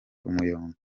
umuyonga